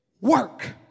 Work